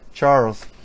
Charles